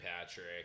Patrick